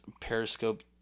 Periscope